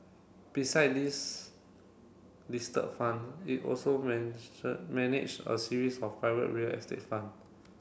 beside these listed fund it also manage a series of private real estate fund